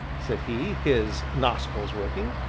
said he, his nostrils working,